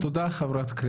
אבל תחשבו על עצמכם.